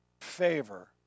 favor